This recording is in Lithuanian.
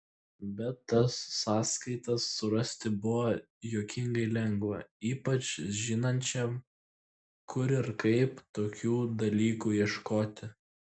bet tas sąskaitas surasti buvo juokingai lengva ypač žinančiam kur ir kaip tokių dalykų ieškoti